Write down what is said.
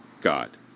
God